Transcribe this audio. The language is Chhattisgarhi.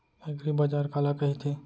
एगरीबाजार काला कहिथे?